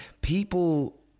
people